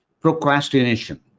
Procrastination